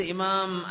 Imam